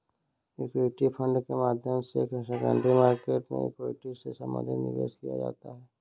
equity fund के माध्यम से सेकेंडरी मार्केट में इक्विटी से संबंधित निवेश किया जाता है